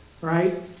Right